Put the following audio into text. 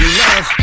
love